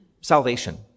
salvation